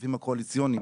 בכספים הקואליציוניים,